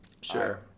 Sure